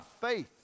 faith